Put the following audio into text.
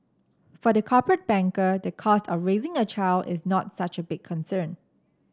for the corporate banker the cost of raising a child is not such a big concern